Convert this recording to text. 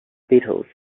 beatles